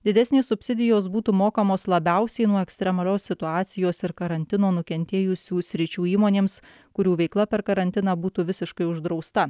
didesnės subsidijos būtų mokamos labiausiai nuo ekstremalios situacijos ir karantino nukentėjusių sričių įmonėms kurių veikla per karantiną būtų visiškai uždrausta